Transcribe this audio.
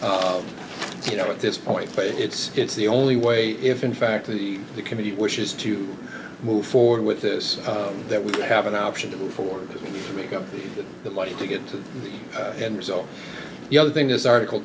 you know at this point but it's it's the only way if in fact the committee wishes to move forward with this that we have an option to move forward to make up the body to get to the end result the other thing this article